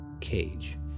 cage